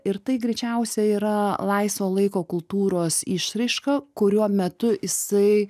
ir tai greičiausia yra laisvo laiko kultūros išraiška kuriuo metu jisai